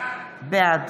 בעד